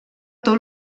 tot